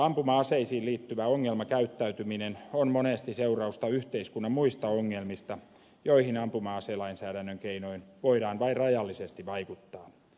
ampuma aseisiin liittyvä ongelmakäyttäytyminen on monesti seurausta yhteiskunnan muista ongelmista joihin ampuma aselainsäädännön keinoin voidaan vain rajallisesti vaikuttaa